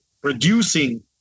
producing